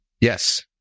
Yes